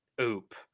oop